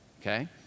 okay